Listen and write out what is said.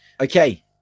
okay